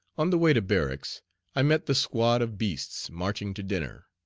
on the way to barracks i met the squad of beasts marching to dinner.